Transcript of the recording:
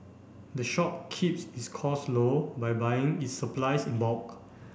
the shop keeps its costs low by buying its supplies in bulk